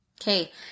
Okay